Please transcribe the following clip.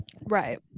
Right